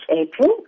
April